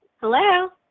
hello